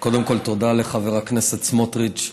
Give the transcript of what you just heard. קודם כול תודה לחבר הכנסת סמוטריץ,